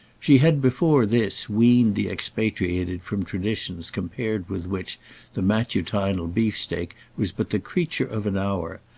she had before this weaned the expatriated from traditions compared with which the matutinal beefsteak was but the creature of an hour,